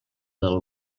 del